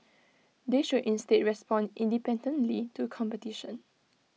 they should instead respond independently to competition